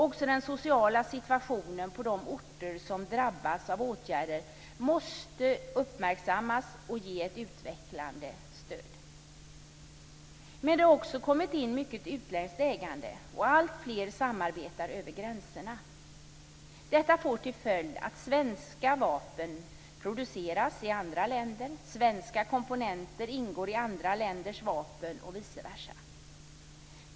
Också den sociala situationen på de orter som drabbas av åtgärder måste uppmärksammas och ges ett utvecklande stöd. Det har också kommit in mycket utländskt ägande, och alltfler samarbetar över gränserna. Detta får till följd att svenska vapen produceras i andra länder. Svenska komponenter ingår i andra länders vapen och vice versa.